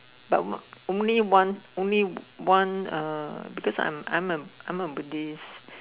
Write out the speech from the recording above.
but only one only one uh because I'm a I'm a Buddhist